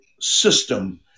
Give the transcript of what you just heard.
system